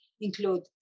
include